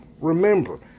Remember